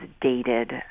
dated